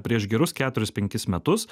prieš gerus keturis penkis metus